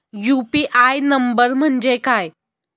UPI number म्हणजे काय?